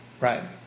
Right